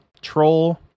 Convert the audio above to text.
Troll